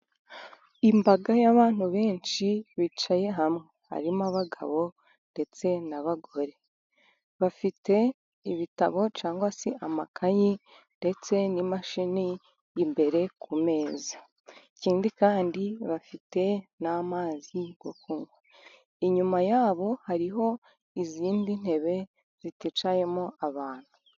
Imbaga y'abantu benshi bicaye hamwe, harimo abagabo ndetse n'abagore, bafite ibitabo cyangwa se amakayi, ndetse n'imashini imbere ku meza. Ikindi kandi bafite n'amazi yo kunywa, inyuma yabo hari izindi ntebe ziticayemo abantu.